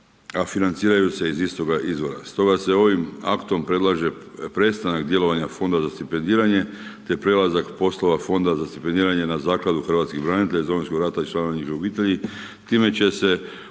a financiraju se iz istoga izvora. Stoga se ovim aktom predlaže prestanak djelovanja fonda za stipendiranje te prelazak poslova fonda za stipendiranje na zakladu hrvatskih branitelja iz Domovinskog rata i članova njihovih obitelji.